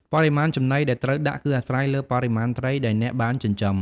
បរិមាណចំណីដែលត្រូវដាក់គឺអាស្រ័យលើបរិមាណត្រីដែលអ្នកបានចិញ្ចឹម។